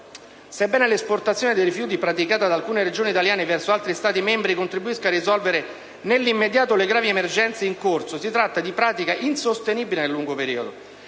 Sebbene l'esportazione dei rifiuti praticata da alcune Regioni italiane verso altri Stati membri contribuisca a risolvere, nell'immediato, le gravi emergenze in corso, si tratta di pratica insostenibile nel lungo periodo